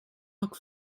look